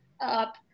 up